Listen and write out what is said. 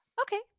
Okay